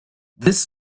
this